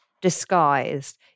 disguised